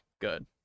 good